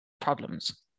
problems